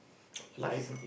life